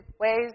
ways